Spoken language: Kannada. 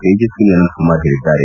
ತೇಜಸ್ವಿನಿ ಅನಂತಕುಮಾರ್ ಹೇಳಿದ್ದಾರೆ